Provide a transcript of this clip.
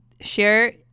share